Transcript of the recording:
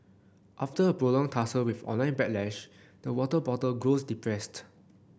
after a prolonged tussle with online backlash the water bottle grows depressed